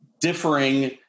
differing